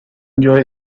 enjoy